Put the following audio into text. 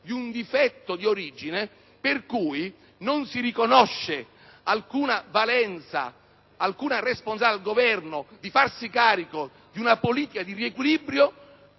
di un difetto d'origine per cui non si riconosce alcuna valenza, alcuna responsabilità al Governo di farsi carico di una politica di riequilibrio